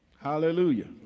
Hallelujah